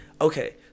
okay